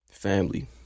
Family